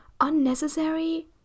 unnecessary